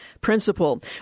principle